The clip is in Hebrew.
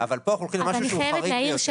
אבל פה אנחנו הולכים למשהו שהוא חריג ביותר.